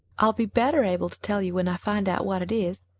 i'll be better able to tell you when i find out what it is,